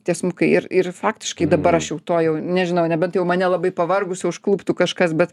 tiesmukai ir ir faktiškai dabar aš jau to jau nežinau nebent jau mane labai pavargusę užkluptų kažkas bet